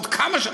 עוד כמה שנים.